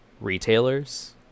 retailers